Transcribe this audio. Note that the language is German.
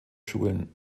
schulen